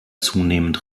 zunehmend